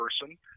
person